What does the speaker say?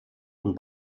und